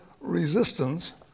resistance